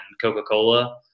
Coca-Cola